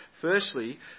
Firstly